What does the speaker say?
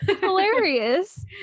Hilarious